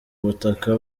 butaka